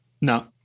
No